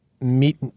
meet